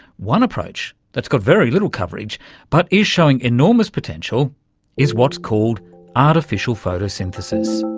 one approach that's got very little coverage but is showing enormous potential is what's called artificial photosynthesis.